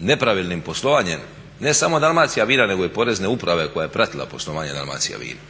ne pravilnim poslovanjem ne samo Dalmacija vina nego i porezne uprave koja je pratila poslovanje Dalmacija vina.